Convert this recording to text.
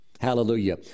Hallelujah